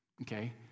Okay